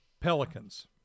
Pelicans